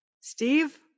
Steve